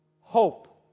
hope